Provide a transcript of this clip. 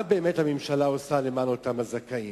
מה באמת הממשלה עושה למען הזכאים?